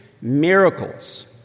miracles